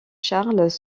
charles